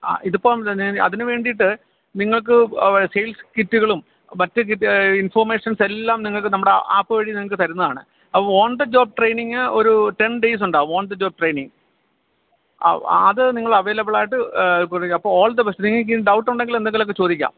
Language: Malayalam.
ആ ഇതിപ്പോള് അതിനുവേണ്ടിയിട്ട് നിങ്ങള്ക്ക് സെയിൽസ് കിറ്റുകളും മറ്റു കിറ്റ് ഇൻഫർമേഷൻസെല്ലാം നിങ്ങള്ക്ക് നമ്മുടെ ആപ്പ് വഴി നിങ്ങള്ക്ക് തരുന്നതാണ് അത് ഓൻ ദെ ജോബ് ട്രെയിനിങ് ഒരു ടെൻ ഡേയ്സ് ഉണ്ടാകും ഓൻ ദെ ജോബ് ട്രെയിനിങ് അത് നിങ്ങൾ അവൈലബിളായിട്ട് കൊടുക്കുക അപ്പോള് ഓൾ ദെ ബെസ്റ്റ് നിങ്ങൾക്കിനി ഡൗട്ട് ഉണ്ടെങ്കിൽ എന്തെങ്കിലൊക്കെ ചോദിക്കാം